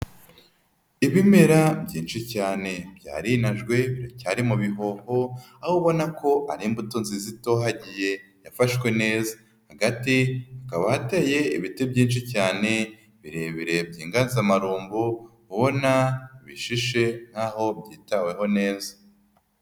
Ibimera byinshi cyane byarinajwe biracyari mu bihoho aho ubona ko ari imbuto nziza itohagiye yafashwe neza, hagati hakaba hateye ibiti byinshi cyane birebire by'igazamarumbo ubona bishishe nk'aho byitaweho neza.